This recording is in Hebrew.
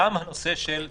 גם הנושא של תפילה,